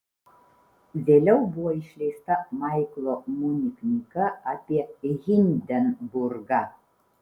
vėliau buvo išleista maiklo muni knyga apie hindenburgą